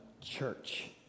church